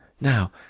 now